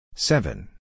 Seven